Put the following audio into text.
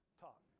talk